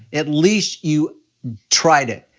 at least you tried it,